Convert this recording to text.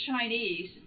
Chinese